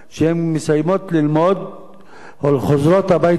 כשהן מסיימות ללמוד הן חוזרות הביתה,